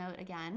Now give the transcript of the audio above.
again